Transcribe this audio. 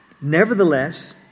Nevertheless